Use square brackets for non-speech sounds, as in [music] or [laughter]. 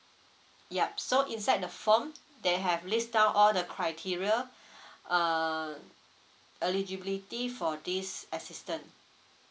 yup so inside the form they have list down all the criteria [breath] err eligibility for this assistant